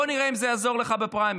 בוא נראה אם זה יעזור לך בפריימריז.